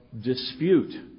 dispute